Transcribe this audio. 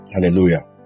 Hallelujah